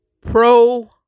pro